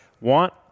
want